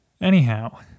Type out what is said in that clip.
Anyhow